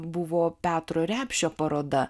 buvo petro repšio paroda